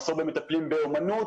מחסור במטפלים באומנות,